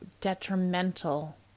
detrimental